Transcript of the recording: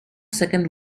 second